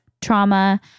trauma